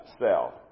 self